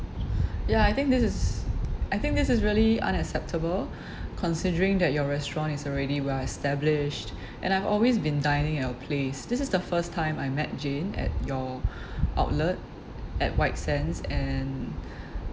ya I think this is I think this is really unacceptable considering that your restaurant is already well established and I've always been dining at your place this is the first time I met jane at your outlet at white sands and